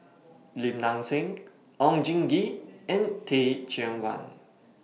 Lim Nang Seng Oon Jin Gee and Teh Cheang Wan